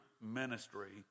ministry